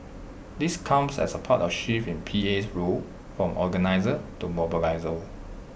this comes as part of A shift in P A's role from organiser to mobiliser